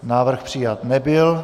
Návrh přijat nebyl.